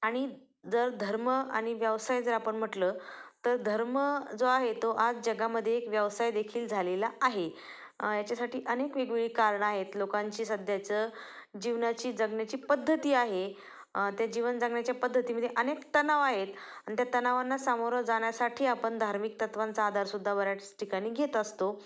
आणि जर धर्म आणि व्यवसाय जर आपण म्हटलं तर धर्म जो आहे तो आज जगामध्ये एक व्यवसाय देखील झालेला आहे याच्यासाठी अनेक वेगवेगळी कारणं आहेत लोकांची सध्याचं जीवनाची जगण्याची पद्धती आहे त्या जीवन जगण्याच्या पद्धतीमध्ये अनेक तणाव आहेत आणि त्या तणावांना सामोरं जाण्यासाठी आपण धार्मिक तत्त्वांचा आधारसुद्धा बऱ्याच ठिकाणी घेत असतो